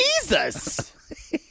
jesus